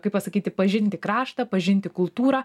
kaip pasakyti pažinti kraštą pažinti kultūrą